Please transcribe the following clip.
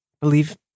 believe